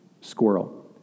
squirrel